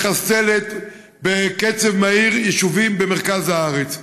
מחסלת בקצב מהיר יישובים במרכז הארץ.